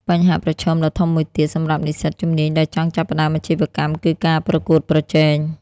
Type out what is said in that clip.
បញ្ហាប្រឈមដ៏ធំមួយទៀតសម្រាប់និស្សិតជំនាញដែលចង់ចាប់ផ្តើមអាជីវកម្មគឺការប្រកួតប្រជែង។